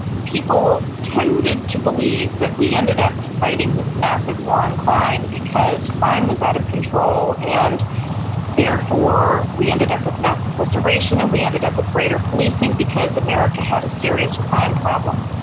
people tended to believe that we ended up fighting this massive war on crime because crime was out of control and therefore we ended up with mass incarceration and we ended up with greater policing because america had a serious crime problem.